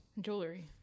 Jewelry